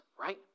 right